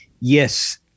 Yes